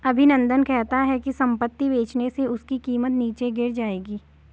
अभिनंदन कहता है कि संपत्ति बेचने से उसकी कीमत नीचे गिर जाएगी